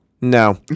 No